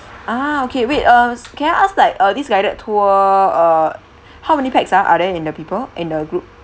ah okay wait uh can I ask like uh this guided tour uh how many pax ah are there in the people in the group